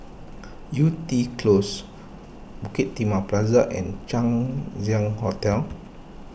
Yew Tee Close Bukit Timah Plaza and Chang Ziang Hotel